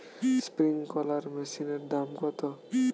Sprinkler মেশিনের দাম কত?